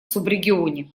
субрегионе